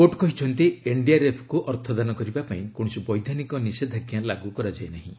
court କହିଛନ୍ତି ଏନ୍ଡିଆର୍ଏଫ୍କୁ ଅର୍ଥ ଦାନ କରିବା ପାଇଁ କୌଣସି ବୈଧାନକ ନିଷେଧାଞ୍ଜା ଲାଗୁ କରାଯାଇନାହିଁ